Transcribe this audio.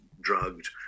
drugged